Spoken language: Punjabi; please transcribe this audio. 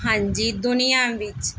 ਹਾਂਜੀ ਦੁਨੀਆ ਵਿੱਚ